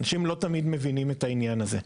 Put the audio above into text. אנשים לא תמיד מבינים את העניין הזה.